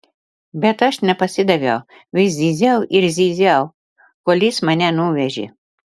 bet aš nepasidaviau vis zyziau ir zyziau kol jis mane nuvežė